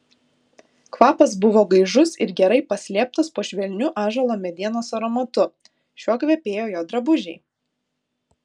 kvapas buvo gaižus ir gerai paslėptas po švelniu ąžuolo medienos aromatu šiuo kvepėjo jo drabužiai